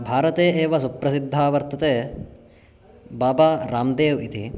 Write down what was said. भारते एव सुप्रसिद्धा वर्तते बाबा रामदेवः इति